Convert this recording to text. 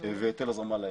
והיטל הזרמה לים.